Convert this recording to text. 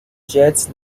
jets